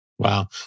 Wow